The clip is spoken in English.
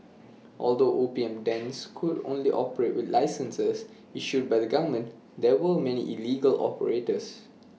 although opium dens could only operate with licenses issued by the government there were many illegal operators